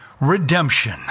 Redemption